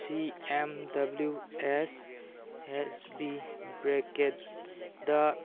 ꯁꯤ M W S S B bracket ꯗ